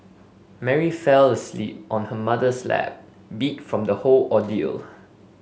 Mary fell asleep on her mother's lap beat from the whole ordeal